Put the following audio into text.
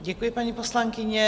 Děkuji, paní poslankyně.